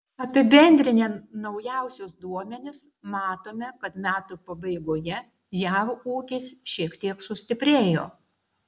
apibendrinę naujausius duomenis matome kad metų pabaigoje jav ūkis šiek tiek sustiprėjo